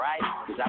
right